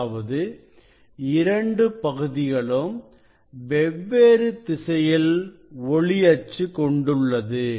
அதாவது இரண்டு பகுதிகளும் வெவ்வேறு திசையில் ஒளி அச்சு கொண்டுள்ளது